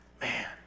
Man